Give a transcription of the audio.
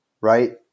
right